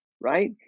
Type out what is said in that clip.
right